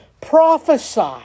Prophesy